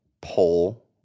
pull